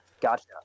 Gotcha